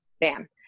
bam